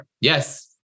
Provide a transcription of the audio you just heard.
Yes